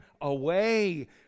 away